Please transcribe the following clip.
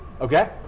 Okay